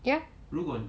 ya